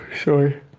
Sorry